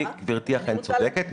גברתי אכן צודקת,